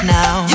now